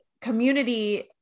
community